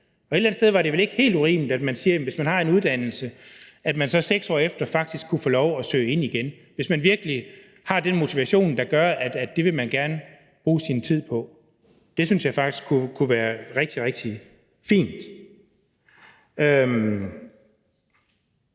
og et eller andet sted var det vel ikke helt urimeligt at sige, at man, hvis man har en uddannelse, 6 år efter faktisk kunne få lov at søge ind igen, altså hvis man virkelig har den motivation, der gør, at det vil man gerne bruge sin tid på. Det synes jeg faktisk kunne være rigtig, rigtig fint.